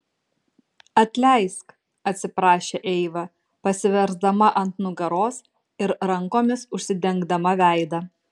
atleisk atsiprašė eiva pasiversdama ant nugaros ir rankomis užsidengdama veidą